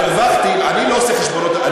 אני לא עושה חשבונות.